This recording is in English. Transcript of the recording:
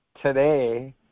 today